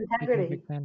integrity